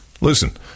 Listen